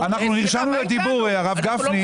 הרב גפני.